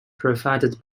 provided